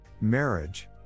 Marriage